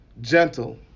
gentle